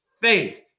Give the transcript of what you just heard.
faith